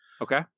Okay